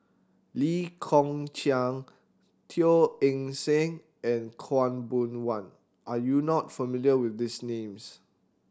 Lee Kong Chian Teo Eng Seng and Khaw Boon Wan are you not familiar with these names